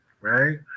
right